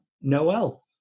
Noel